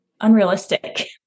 unrealistic